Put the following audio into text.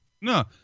No